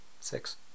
six